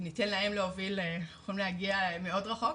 אם ניתן להם להוביל אנחנו יכולים להגיע מאוד רחוק,